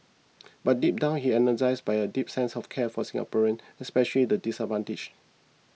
but deep down he energised by a deep sense of care for Singaporeans especially the disadvantaged